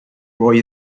roy